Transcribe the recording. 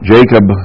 Jacob